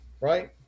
right